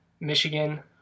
Michigan